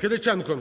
Кириченко...